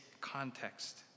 context